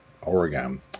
Oregon